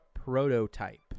prototype